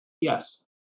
Yes